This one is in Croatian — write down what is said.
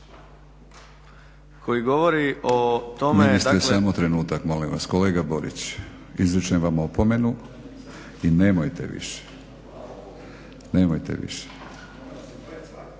Milorad (HNS)** Ministre, samo trenutak molim vas. Kolega Borić, izričem vam opomenu i nemojte više. Ministre,